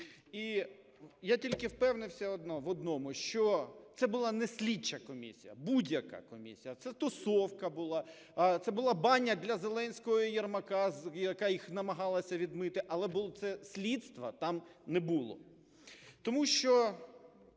і я тільки впевнився в одному, що це була не слідча комісія, будь-яка комісія - це тусовка була, це була баня для Зеленського і Єрмака, яка їх намагалася відмити, але слідства там не було. Тому що